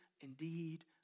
indeed